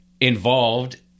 involved